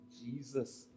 Jesus